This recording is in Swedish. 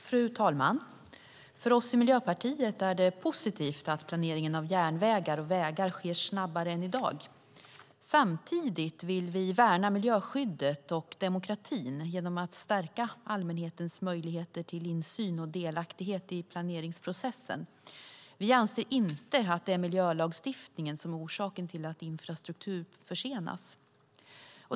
Fru talman! För oss i Miljöpartiet är det positivt om planeringen av järnvägar och vägar sker snabbare än i dag. Samtidigt vill vi värna miljöskyddet och demokratin genom att stärka allmänhetens möjligheter till insyn och delaktighet i planeringsprocessen. Vi anser inte att det är miljölagstiftningen som är orsaken till att infrastruktur försenas.